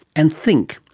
and think,